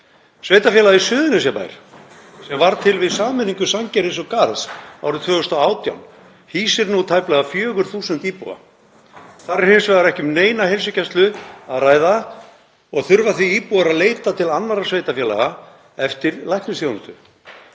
Sveitarfélagið Suðurnesjabær, sem varð til við sameiningu Sandgerðis og Garðs árið 2018, hýsir nú tæplega 4.000 íbúa. Þar er hins vegar ekki um neina heilsugæslu að ræða og þurfa því íbúar að leita til annarra sveitarfélaga eftir læknisþjónustu.